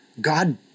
God